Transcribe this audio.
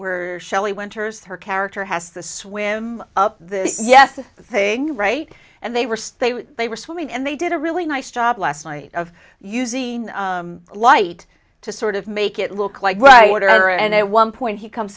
were shelley winters her character has to swim up the yes thing right and they were stay where they were swimming and they did a really nice job last night of using light to sort of make it look like brighter and at one point he comes